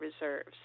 reserves